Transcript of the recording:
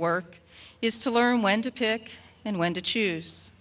work is to learn when to pick and when to choose